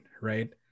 right